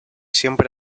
siempre